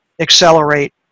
accelerate